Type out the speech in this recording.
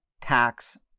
tax